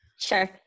Sure